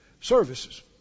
services